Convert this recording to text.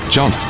John